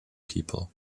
people